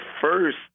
first